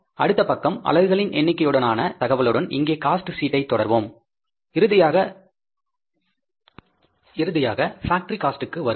அடுத்த பக்கம் அலகுகளின் எண்ணிக்கையுடனான தகவலுடன் இங்கே காஸ்ட் சீட்டை தொடர்வோம் இறுதியாக பேக்டரி காஸ்ட்டுக்கு வருவோம்